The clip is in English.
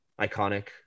iconic